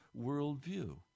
worldview